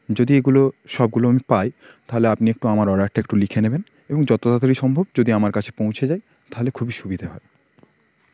যদি এগুলো সবগুলো আমি পাই থাহলে আপনি একটু আমার অর্ডারটা একটু লিখে নেবেন এবং যত তাড়াতাড়ি সম্ভব যদি আমার কাছে পৌঁছে যায় তাহলে খুবই সুবিধে হয়